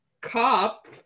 cop